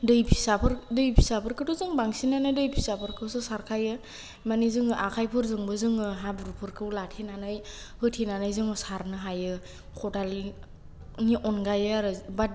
दै फिसाफोर दै फिसाफोरखौथ' जोङो बांसिनानो दै फिसाफोरखौसो सारखायो मानि जोङो आखायफोरजोंबो जोङो हाब्रुफोरखौ लाखिनानै होथेनानै जोङो सारनो हायो खदालनि अनगायै आरो बाट